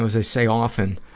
know, as i say often,